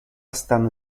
stanno